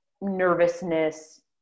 nervousness